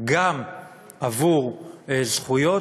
גם עבור זכויות,